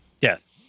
Yes